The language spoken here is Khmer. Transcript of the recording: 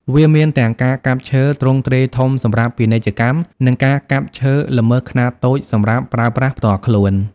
វាមានទាំងការកាប់ឈើទ្រង់ទ្រាយធំសម្រាប់ពាណិជ្ជកម្ម និងការកាប់ឈើល្មើសខ្នាតតូចសម្រាប់ប្រើប្រាស់ផ្ទាល់ខ្លួន។